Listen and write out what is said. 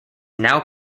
now